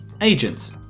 Agents